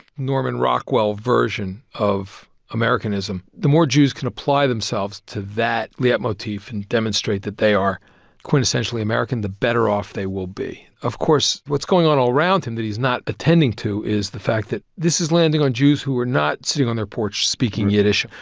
norman rockwell version of americanism. the more jews can apply themselves to that leitmotif and demonstrate that they are quintessentially american, the better off they will be. of course, what's going on all around him that he's not attending to is the fact that this is landing on jews who are not sitting on their porch speaking yiddish,